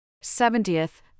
Seventieth